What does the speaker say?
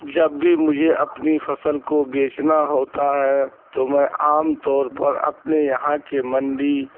جب بھی مجھے اپنی فصل کو بیچنا ہوتا ہے تو میں عام طور پر اپنے یہاں کے منڈی